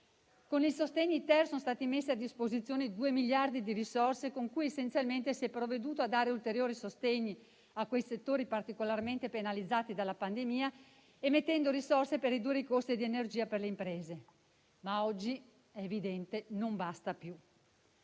sostegni-*ter* sono stati messi a disposizione 2 miliardi di euro, con cui essenzialmente si è provveduto a dare ulteriori sostegni ai settori particolarmente penalizzati dalla pandemia, stanziando risorse per ridurre i costi dell'energia per le imprese, ma oggi - è evidente - non basta più.